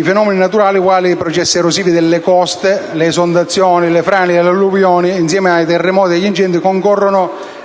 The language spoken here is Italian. Fenomeni naturali quali i processi erosivi delle coste, le esondazioni, le frane e le alluvioni, insieme ai terremoti e agli incendi, concorrono